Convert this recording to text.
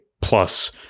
plus